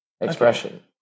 expression